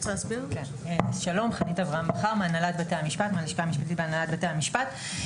אני מהלשכה המשפטית בהנהלת בתי המשפט.